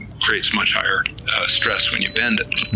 creates much higher stress when you bend it,